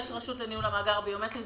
יש רשות לניהול המאגר הביומטרי.